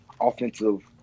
offensive